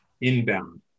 inbound